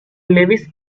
lewis